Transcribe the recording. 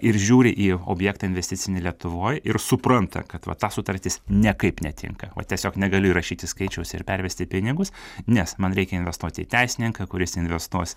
ir žiūri į objektą investicinį lietuvoj ir supranta kad va tą sutartis nekaip netinka va tiesiog negaliu įrašyti skaičiaus ir pervesti pinigus nes man reikia investuoti į teisininką kuris investuos